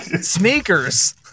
Sneakers